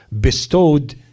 bestowed